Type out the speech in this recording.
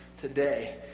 today